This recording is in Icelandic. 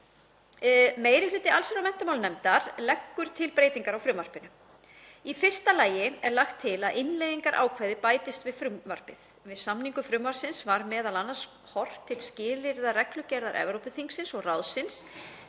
Meiri hluti allsherjar- og menntamálanefndar leggur til breytingar á frumvarpinu. Í fyrsta lagi er lagt til að innleiðingarákvæði bætist við frumvarpið. Við samningu frumvarpsins var m.a. horft til skilyrða reglugerðar Evrópuþingsins og ráðsins